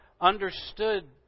understood